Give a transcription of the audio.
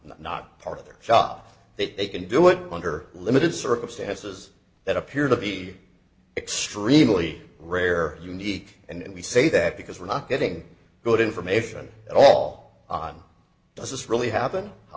not part of their job that they can do it under limited circumstances that appear to be extremely rare unique and we say that because we're not getting good information at all on does this really happen how